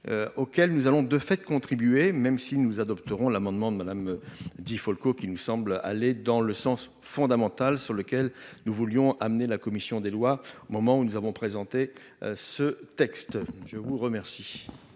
auquel nous allons de fait contribué, même si nous adopterons l'amendement dans la me dit Folco qui nous semble aller dans le sens fondamental sur lequel nous voulions amener la commission des lois, au moment où nous avons présenté ce texte, je vous remercie.